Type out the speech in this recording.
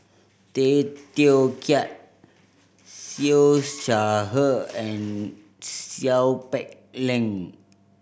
Tay Teow Kiat Siew Shaw Her and Seow Peck Leng